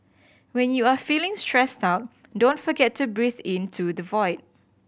when you are feeling stressed out don't forget to breathe into the void